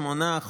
שמונה,